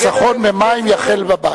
נגן עליהם מפני זיהומים, חיסכון במים יחל בבית.